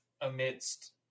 amidst